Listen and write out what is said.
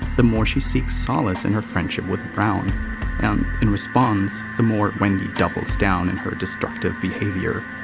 the more she seeks solace in her friendship with brown and in response, the more wendy doubles down in her destructive behavior.